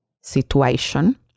situation